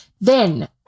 then-